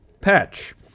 patch